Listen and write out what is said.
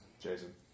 Jason